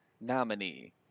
nominee